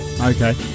Okay